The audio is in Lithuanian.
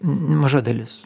maža dalis